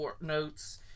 notes